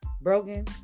broken